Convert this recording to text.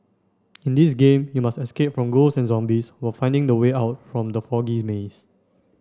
in this game you must escape from ghosts and zombies while finding the way out from the foggy maze